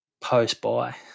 post-buy